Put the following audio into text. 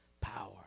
power